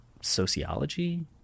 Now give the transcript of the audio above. sociology